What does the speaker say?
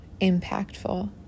impactful